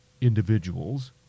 individuals